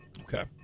Okay